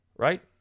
Right